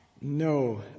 No